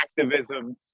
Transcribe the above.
activism